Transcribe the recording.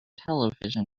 television